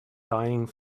dying